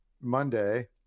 Monday